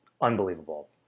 unbelievable